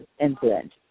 incident